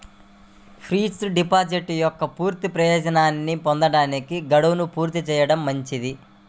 fixed deposit యొక్క పూర్తి ప్రయోజనాన్ని పొందడానికి, గడువును పూర్తి చేయడం మంచిది